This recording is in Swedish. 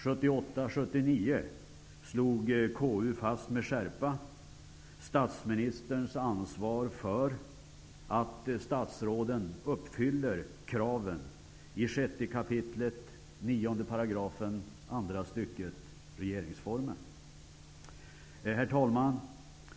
1978/79 slog KU med skärpa fast statsministerns ansvar för att statsråden uppfyller kraven i 6 kap. 9 § andra stycket i regeringsformen. Herr talman!